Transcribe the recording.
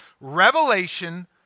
Revelation